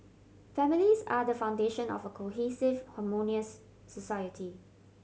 families are the foundation of a cohesive harmonious society